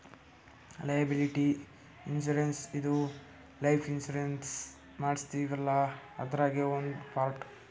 liability insurance ಇದು life insurance ಮಾಡಸ್ತೀವಲ್ಲ ಅದ್ರಾಗೇ ಒಂದ್ ಪಾರ್ಟ್